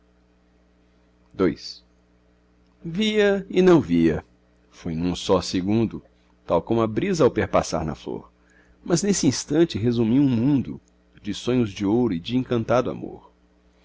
sorrir vi-a e não vi-a foi num só segundo tal como a brisa ao perpassar na flor mas nesse instante resumi um mundo de sonhos de ouro e de encantado amor